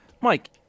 Mike